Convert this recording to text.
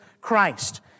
Christ